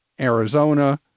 Arizona